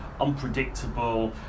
unpredictable